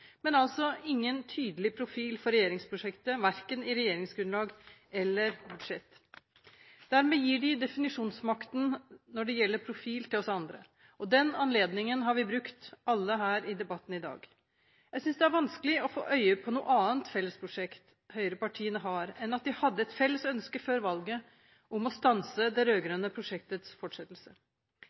Men det er altså ingen tydelig profil for regjeringsprosjektet, verken i regjeringsgrunnlaget eller i budsjettet. Dermed gir de definisjonsmakten når det gjelder profil, til oss andre. Og den anledningen har vi alle brukt her i debatten i dag. Jeg synes det er vanskelig å få øye på noe annet fellesprosjekt som høyrepartiene har, enn at de hadde et felles ønske før valget om å stanse det rød-grønne prosjektets fortsettelse.